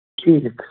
ٹھیٖک